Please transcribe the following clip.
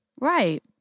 Right